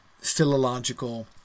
philological